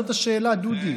זאת השאלה, דודי.